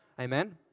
Amen